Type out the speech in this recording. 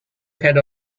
head